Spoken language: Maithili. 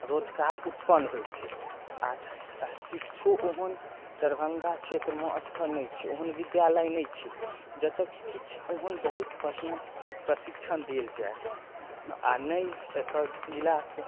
रोजगार उत्पन्न होइ छै आओर शिक्षो ओहन दरभङ्गा क्षेत्रमे स्तर नहि छै ओहन विद्यालय नहि छै जतऽ कि किछु ओहन बहुत बढ़िआँ प्रशिक्षण देल जाए आओर नहि एतऽ जिलाके